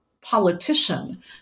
politician